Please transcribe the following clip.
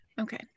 Okay